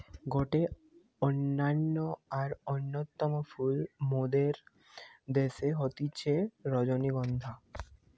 গটে অনন্য আর অন্যতম ফুল মোদের দ্যাশে হতিছে রজনীগন্ধা